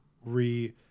re